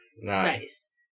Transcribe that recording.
Nice